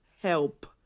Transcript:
help